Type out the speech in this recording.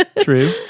true